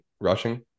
rushing